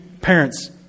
parents